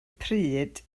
pryd